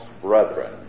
brethren